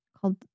called